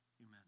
Amen